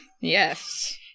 Yes